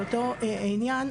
באותו עניין,